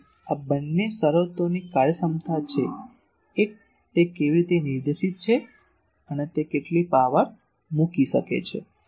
તેથી આ બંને શરતોની કાર્યક્ષમતા છે એક તે કેવી રીતે નિર્દેશિત છે અને કેટલી પાવર મૂકી શકે છે